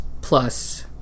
Plus